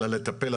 אלא לטפל.